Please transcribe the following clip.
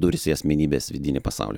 durys į asmenybės vidinį pasaulį